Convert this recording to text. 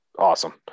awesome